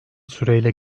süreyle